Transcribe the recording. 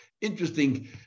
Interesting